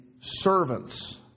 servants